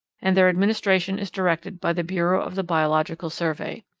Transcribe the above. and their administration is directed by the bureau of the biological survey.